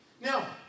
Now